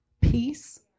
peace